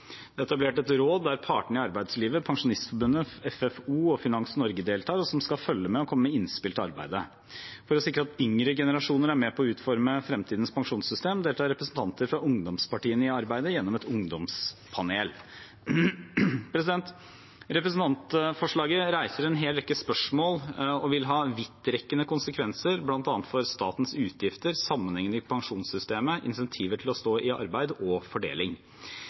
Det er etablert et råd der partene i arbeidslivet, Pensjonistforbundet, Funksjonshemmedes Fellesorganisasjon og Finans Norge deltar, og som skal følge og komme med innspill til arbeidet. For å sikre at yngre generasjoner er med på å utforme fremtidens pensjonssystem, deltar representanter fra ungdomspartiene i arbeidet gjennom et ungdomspanel. Representantforslaget reiser en hel rekke spørsmål og vil ha vidtrekkende konsekvenser bl.a. for statens utgifter, sammenhengene i pensjonssystemet, insentiver til å stå i arbeid og fordeling.